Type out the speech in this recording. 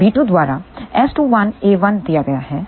तो b2 द्वारा S21a1 दिया गया है